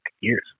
years